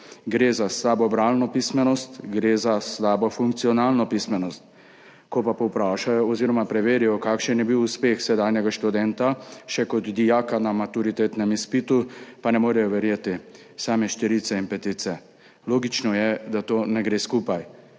gre za slabo bralno pismenost, gre za slabo funkcionalno pismenost. Ko povprašajo oziroma preverijo, kakšen je bil uspeh sedanjega študenta še kot dijaka na maturitetnem izpitu, pa ne morejo verjeti, same štirice in petice. Logično je, da to ne gre skupaj.